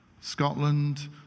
Scotland